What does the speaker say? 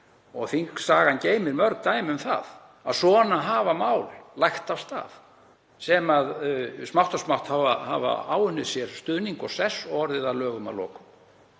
og þingsagan geymir mörg dæmi um að þannig hafa mál lagt af stað sem smátt og smátt hafa áunnið sér stuðning og sess og orðið að lögum að lokum.